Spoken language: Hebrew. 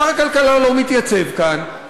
שר הכלכלה לא מתייצב כאן,